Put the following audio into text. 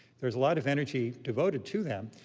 there's a lot of energy devoted to them.